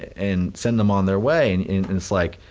and send them on their way. and it's like,